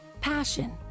Passion